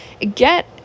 get